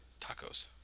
Tacos